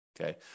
Okay